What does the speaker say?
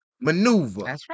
maneuver